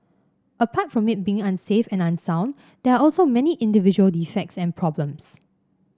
apart from it being unsafe and unsound there are also many individual defects and problems